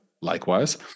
likewise